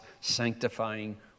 sanctifying